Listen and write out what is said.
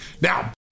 Now